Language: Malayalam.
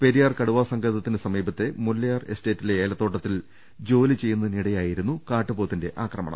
പെരിയാർ കടുവാ സങ്കേതത്തിന് സമീപത്തെ മുല്ലയാർ എസ്റ്റേറ്റിലെ ഏലത്തോട്ടത്തിൽ ജോലി ചെയ്യുന്നതിനിടെയാ യിരുന്നു കാട്ടുപോത്തിന്റെ ആക്രമണം